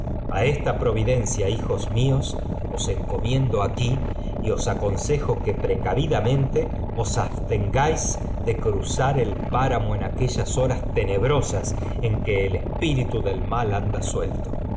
a esta procidencia hijos míos os encomiendo aquí y os aconsejo que precavidamente os abstengáis de ruzar el páramo en aquellas horas tenebrosas en que ei espíritu del mal anda suelto